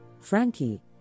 Frankie